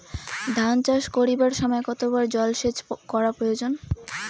ধান চাষ করিবার সময় কতবার জলসেচ করা প্রয়োজন?